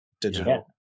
digital